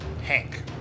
Hank